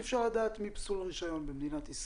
אי אפשר לדעת מי פסול רישיון במדינת ישראל.